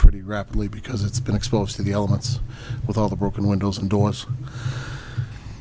pretty rapidly because it's been exposed to the elements with all the broken windows and doors